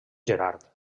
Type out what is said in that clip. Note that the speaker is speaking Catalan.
gerard